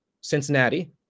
Cincinnati